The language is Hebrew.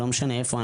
לא משנה איפה,